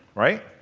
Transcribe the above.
right?